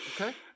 Okay